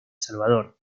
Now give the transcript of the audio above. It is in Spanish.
salvador